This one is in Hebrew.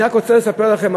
אני רק רוצה לספר לכם,